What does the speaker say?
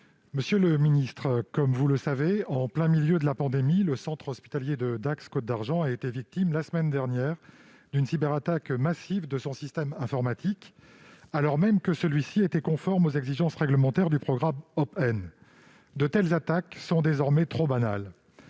Monsieur le secrétaire d'État, comme vous le savez, en plein milieu de la pandémie, le centre hospitalier de Dax-Côte d'Argent a été victime, la semaine dernière, d'une cyberattaque massive de son système informatique, alors même que celui-ci était conforme aux exigences réglementaires du programme HOP'EN. De telles attaques sont désormais trop banales.